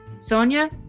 Sonia